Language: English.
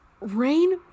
rain